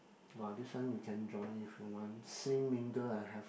!wah! this one you can join if you want sing mingle and have